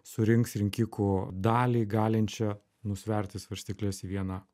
surinks rinkikų dalį galinčią nusverti svarstykles į vieną